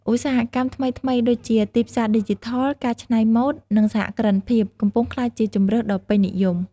ឧស្សាហកម្មថ្មីៗដូចជា ទីផ្សារឌីជីថល ការច្នៃម៉ូត និងសហគ្រិនភាព កំពុងក្លាយជាជម្រើសដ៏ពេញនិយម។